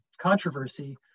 controversy